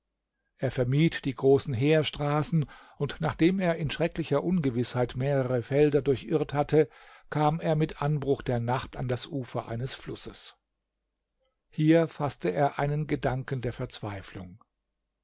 er vermied die großen heerstraßen und nachdem er in schrecklicher ungewißheit mehrere felder durchirrt hatte kam er mit anbruch der nacht an das ufer eines flusses hier faßte er einen gedanken der verzweiflung